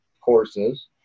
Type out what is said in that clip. courses